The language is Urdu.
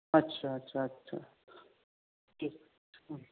اچھا اچھا اچھا ٹھیک